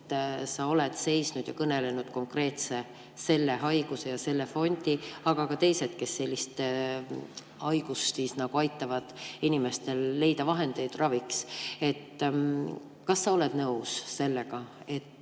et sa oled seisnud ja kõnelenud konkreetselt selle haiguse ja selle fondi eest, aga ka teiste eest, kes selliste haiguste puhul aitavad inimestel leida vahendeid raviks. Kas sa oled nõus sellega, et